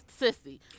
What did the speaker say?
sissy